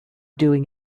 doing